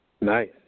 Nice